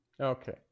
Okay